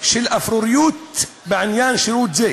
של אפרוריות בעניין שירות זה.